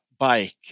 Bike